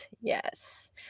Yes